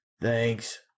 Thanks